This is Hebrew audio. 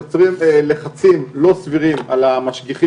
יוצרים לחצים לא סבירים על המשגיחים